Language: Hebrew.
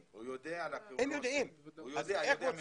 אבל בינתיים אתם לא